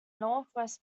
northwest